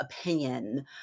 opinion